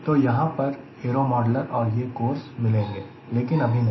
तो यहां पर एरो मॉडलर और यह कोर्स मिलेंगे लेकिन अभी नहीं